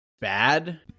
bad